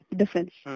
difference